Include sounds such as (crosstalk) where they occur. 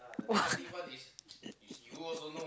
what (laughs)